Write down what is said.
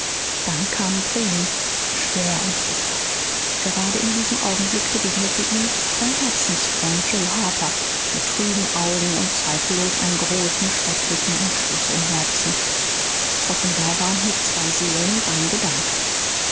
dann kamen tränen schwer und bitter gerade in diesem augenblick begegnete ihm sein herzensfreund joe harper mit trüben augen und zweifellos einen großen schrecklichen entschluß im herzen offenbar waren hier zwei seelen und ein gedanke